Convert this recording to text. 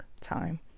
time